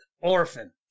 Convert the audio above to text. Orphan